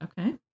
Okay